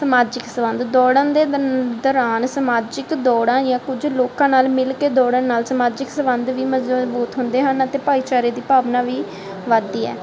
ਸਮਾਜਿਕ ਸੰਬੰਧ ਦੌੜਨ ਦੇ ਦਨ ਦੌਰਾਨ ਸਮਾਜਿਕ ਦੌੜਾਂ ਜਾਂ ਕੁਝ ਲੋਕਾਂ ਨਾਲ ਮਿਲ ਕੇ ਦੌੜਨ ਨਾਲ ਸਮਾਜਿਕ ਸੰਬੰਧ ਵੀ ਮਜਬੂਤ ਹੁੰਦੇ ਹਨ ਅਤੇ ਭਾਈਚਾਰੇ ਦੀ ਭਾਵਨਾ ਵੀ ਵੱਧਦੀ ਹੈ